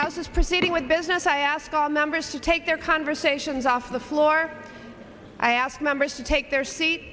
house is proceeding with business i ask all numbers to take their conversations off the floor i ask members to take their seat